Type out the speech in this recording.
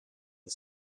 the